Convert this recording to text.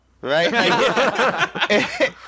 Right